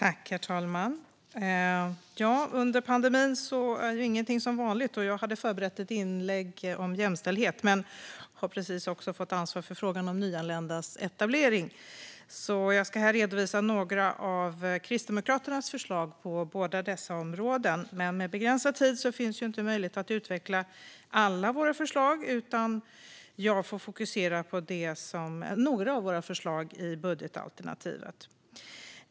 Herr talman! Under pandemin är ingenting som vanligt. Jag hade förberett ett inlägg om jämställdhet men har precis också fått ansvar för frågan om nyanländas etablering. Jag ska här redovisa några av Kristdemokraternas förlag på båda dessa områden. Men med begränsad tid finns inte möjlighet att utveckla alla våra förslag, utan jag får fokusera på några av våra förslag i budgetalternativet.